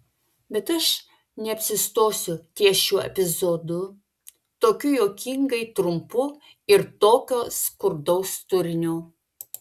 bet aš neapsistosiu ties šiuo epizodu tokiu juokingai trumpu ir tokio skurdaus turinio